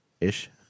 ish